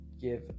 give